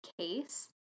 case